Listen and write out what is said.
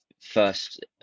first